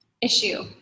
issue